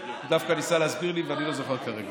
הוא דווקא ניסה להסביר לי ואני לא זוכר כרגע.